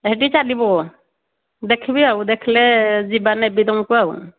ସେଠି ଚାଲିବୁ ଦେଖିବି ଆଉ ଦେଖିଲେ ଯିବା ନେବି ତୁମକୁ ଆଉ